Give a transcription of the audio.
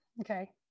Okay